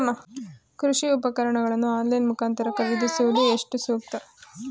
ಕೃಷಿ ಉಪಕರಣಗಳನ್ನು ಆನ್ಲೈನ್ ಮುಖಾಂತರ ಖರೀದಿಸುವುದು ಎಷ್ಟು ಸೂಕ್ತ?